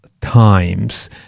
times